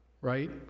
right